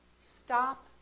stop